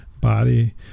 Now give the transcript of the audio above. body